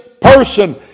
person